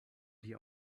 die